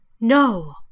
No